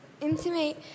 Intimate